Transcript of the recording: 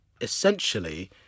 Essentially